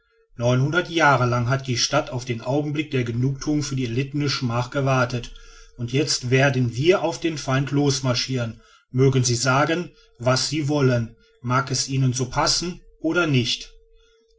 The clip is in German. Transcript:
neunhundert jahre lang hat die stadt auf den augenblick der genugthuung für die erlittene schmach gewartet und jetzt werden wir auf den feind losmarschiren mögen sie sagen was sie wollen mag es ihnen so passen oder nicht